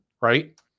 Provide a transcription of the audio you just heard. right